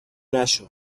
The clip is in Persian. نشو